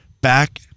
back